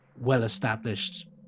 well-established